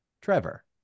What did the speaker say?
Trevor